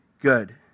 good